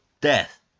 death